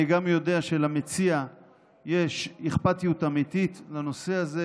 אני גם יודע שלמציע יש אכפתיות אמיתית לנושא הזה,